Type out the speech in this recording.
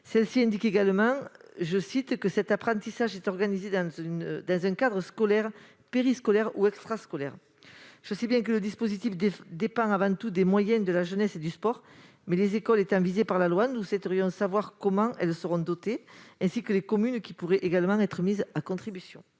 Celle-ci indique également que « cet apprentissage est organisé dans un cadre scolaire, périscolaire ou extrascolaire ». Nous avons bien conscience que le dispositif dépend avant tout des moyens de la jeunesse et du sport. Toutefois, les écoles étant formellement visées par la loi, nous souhaitons savoir comment elles seront dotées, ainsi que les communes qui seraient susceptibles d'être mises à contribution.